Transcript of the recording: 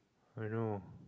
I know ah